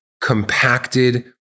compacted